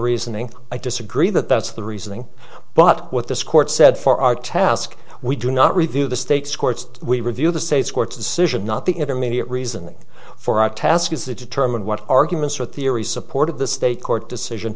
reasoning i disagree that that's the reasoning but what this court said for our task we do not review the state's courts we review the state's court's decision not the intermediate reasoning for our task is it determine what arguments are theory support of the state court decision